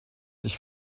sich